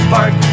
Park